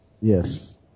Yes